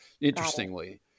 interestingly